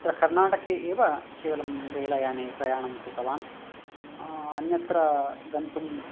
अत्र कर्नाटके एव रेलयाने प्रयाणं कृतवान् अन्यत्र गन्तुम्